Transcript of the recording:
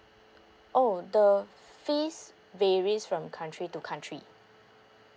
oh the fees varies from country to country